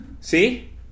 See